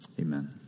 Amen